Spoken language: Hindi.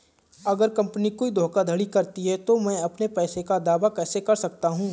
अगर कंपनी कोई धोखाधड़ी करती है तो मैं अपने पैसे का दावा कैसे कर सकता हूं?